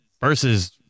versus